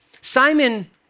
Simon